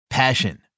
Passion